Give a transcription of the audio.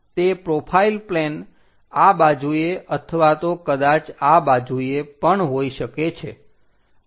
તે profile plane આ બાજુએ અથવા તો કદાચ આ બાજુએ પણ હોઈ શકે છે